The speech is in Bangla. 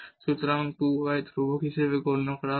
সুতরাং 2 y ধ্রুবক হিসাবে গণ্য করা হবে